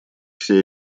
все